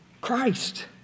Christ